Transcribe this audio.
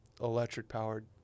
electric-powered